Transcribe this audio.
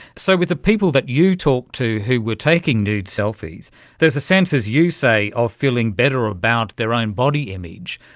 so with the people that you talk to who were taking nude selfies there's a sense, as you say, of feeling better about their own body image.